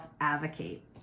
advocate